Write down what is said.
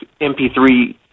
MP3